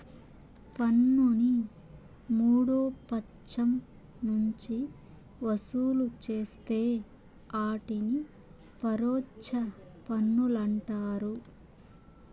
పన్నుని మూడో పచ్చం నుంచి వసూలు చేస్తే ఆటిని పరోచ్ఛ పన్నులంటారు